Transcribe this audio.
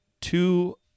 two